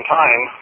time